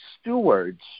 stewards